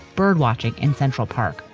birdwatching in central park.